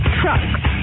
trucks